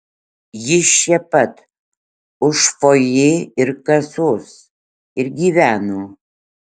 jis čia pat už fojė ir kasos ir gyveno